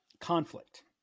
Conflict